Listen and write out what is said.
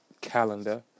calendar